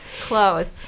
close